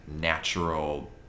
natural